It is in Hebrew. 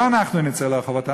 לא אנחנו נצא לרחובות,